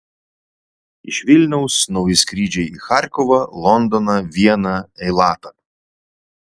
iš vilniaus nauji skrydžiai į charkovą londoną vieną eilatą